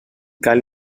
cal